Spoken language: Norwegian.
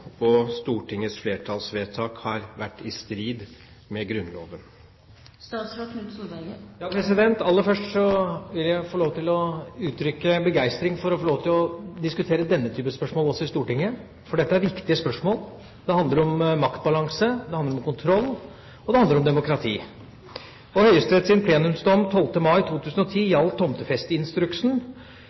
og Stortingets flertallsvedtak har vært i strid med Grunnloven?» Aller først vil jeg få uttrykke begeistring for å få lov til å diskutere denne type spørsmål også i Stortinget, for dette er viktige spørsmål. Det handler om maktbalanse, det handler om kontroll, og det handler om demokrati. Høyesteretts plenumsdom 12. mai 2010 gjaldt tomtefesteinstruksen,